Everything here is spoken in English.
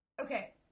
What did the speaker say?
okay